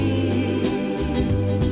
east